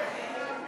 מוחאים כפיים,